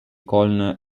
colne